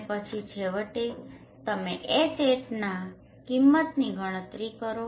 અને પછી છેવટે તમે Hatના કિંમતની ગણતરી કરો